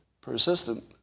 Persistent